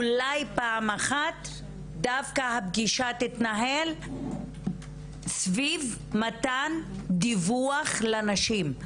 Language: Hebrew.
אולי פעם אחת דווקא הפגישה תתנהל סביב מתן דיווח לנשים.